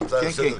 הצעה לסדר קצרה.